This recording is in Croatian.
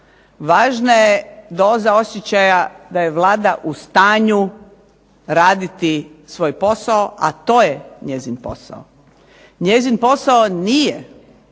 Važna je doza osjećaja da je Vlada u stanju raditi svoj posao, a to je njezin posao. Njezin posao nije baviti